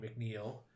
McNeil